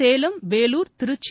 Salem Vellore Trichy